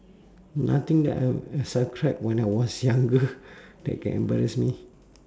nothing that I I subscribe when I was younger that can embarrass me